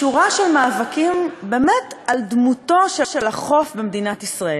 שורה של מאבקים על דמותו של החוף במדינת ישראל.